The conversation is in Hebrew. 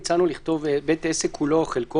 ואז יגידו: לא חתמת,